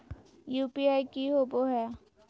UPI की होबो है?